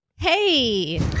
Hey